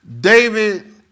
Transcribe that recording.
David